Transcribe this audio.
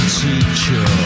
teacher